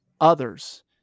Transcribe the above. others